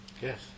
Yes